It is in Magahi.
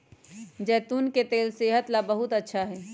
जैतून के तेल सेहत ला बहुत अच्छा हई